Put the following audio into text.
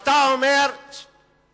זה לא דיון על הפזורה הבדואית בנגב עכשיו.